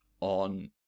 on